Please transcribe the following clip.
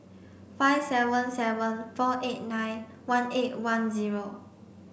five seven seven four eight nine one eight one zero